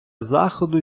заходу